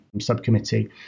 subcommittee